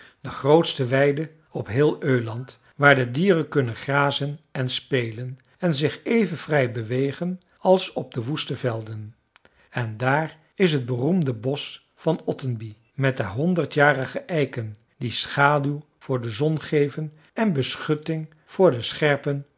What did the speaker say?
de grootste weide op heel öland waar de dieren kunnen grazen en spelen en zich even vrij bewegen als op de woeste velden en daar is het beroemde bosch van ottenby met de honderdjarige eiken die schaduw voor de zon geven en beschutting voor den scherpen